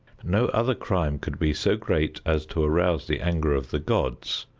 no other crime could be so great as to arouse the anger of the gods,